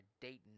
Dayton